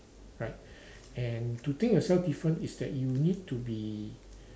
right and to think yourself different is that you need to be